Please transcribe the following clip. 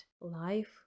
life